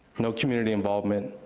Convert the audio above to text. no community involvement,